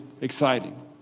exciting